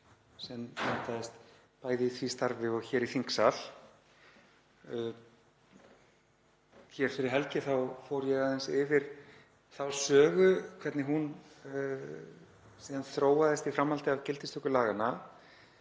sem myndaðist bæði í því starfi og hér í þingsal. Hér fyrir helgi fór ég aðeins yfir þá sögu, hvernig hún þróaðist síðan í framhaldi af gildistöku laganna.